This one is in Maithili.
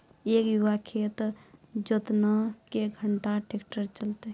एक बीघा खेत जोतना क्या घंटा ट्रैक्टर चलते?